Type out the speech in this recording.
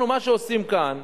מה שאנחנו עושים כאן,